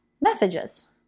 messages